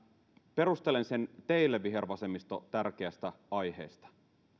perustelen sen teille vihervasemmisto tärkeästä aiheesta